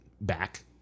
back